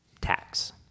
tax